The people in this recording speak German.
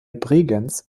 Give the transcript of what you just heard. bregenz